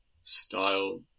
style